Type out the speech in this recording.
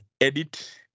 edit